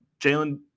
Jalen